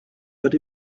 but